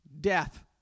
death